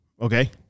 Okay